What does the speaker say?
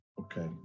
Okay